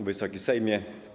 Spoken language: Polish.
Wysoki Sejmie!